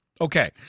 Okay